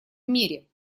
мире